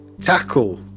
tackle